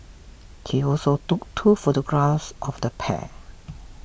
he also took two photographs of the pair